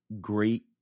great